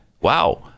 Wow